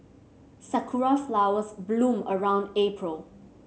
sakura flowers bloom around April